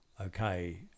okay